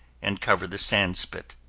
and cover the sand spit.